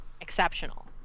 exceptional